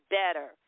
better